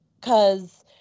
Cause